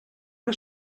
una